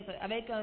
avec